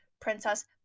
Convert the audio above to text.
princess